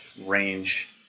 range –